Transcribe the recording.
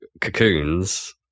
cocoons